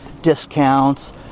discounts